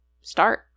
start